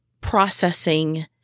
processing